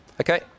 Okay